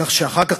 כך שאחר כך,